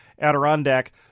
Adirondack